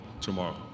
tomorrow